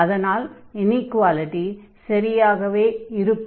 அதனால் இனீக்வாலிடி சரியாகவே இருக்கும்